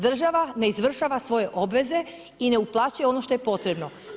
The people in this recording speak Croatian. Država ne izvršava svoje obveze i ne uplaćuje ono što je potrebno.